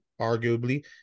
arguably